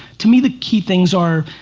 to me the key things are,